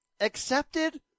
accepted